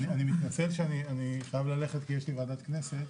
אני מתנצל שאני חייבת ללכת כי יש לי ועדת כנסת.